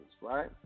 Right